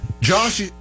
Josh